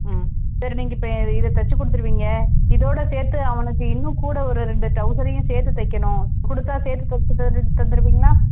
ஆ சரி நீங்கள் இப்போ இ இதை தச்சி கொடுத்துருவீங்க இதோட சேர்த்து அவனுக்கு இன்னும் கூட ஒரு ரெண்டு டவுசரையும் சேர்த்து தைக்கணும் கொடுத்தா சேர்த்து தச்சி தரு தந்துருவீங்களா